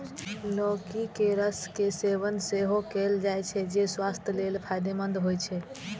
लौकी के रस के सेवन सेहो कैल जाइ छै, जे स्वास्थ्य लेल फायदेमंद होइ छै